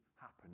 happen